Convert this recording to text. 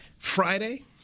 Friday